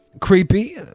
creepy